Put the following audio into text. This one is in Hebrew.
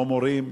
או מורים,